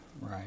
Right